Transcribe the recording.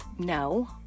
No